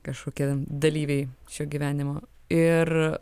kažkokie dalyviai šio gyvenimo ir